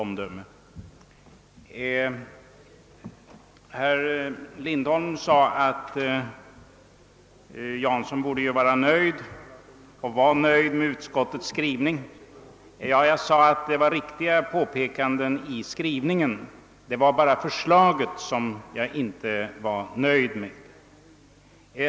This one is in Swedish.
Herr Lindholm ansåg att jag borde vara nöjd med utskottets skrivning. Jag sade också att det i utskottets skrivning förekom riktiga påpekanden; det var bara förslaget som jag inte var nöjd . med.